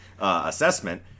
assessment